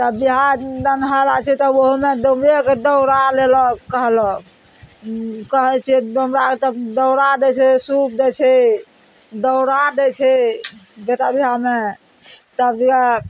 तब बियाह देनहारा छै तऽ ओहोमे डोमरेके दौड़ा लेलक कहलक कहय छियै डोमरा तऽ दौड़ा दै छै सूप दै छै दौड़ा दै छै बेटा बियाहमे तब जगह